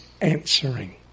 answering